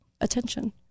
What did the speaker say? attention